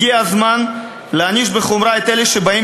הגיע הזמן להעניש בחומרה את אלה שבאים